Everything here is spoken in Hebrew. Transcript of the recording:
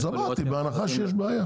אז אמרתי, בהנחה שיש בעיה.